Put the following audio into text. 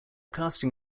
casting